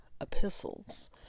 epistles